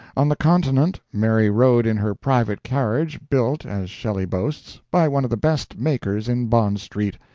on the continent mary rode in her private carriage, built, as shelley boasts, by one of the best makers in bond street,